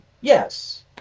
yes